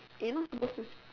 eh not supposed to